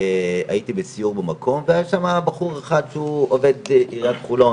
הייתי בסיור במקום והיה שם בחור אחד שהוא עובד עירית חולון